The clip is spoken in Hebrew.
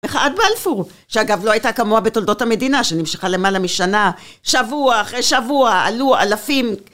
מחאת בלפור, שאגב לא הייתה כמוה בתולדות המדינה, שנמשכה למעלה משנה שבוע אחרי שבוע עלו אלפים